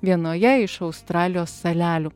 vienoje iš australijos salelių